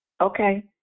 Okay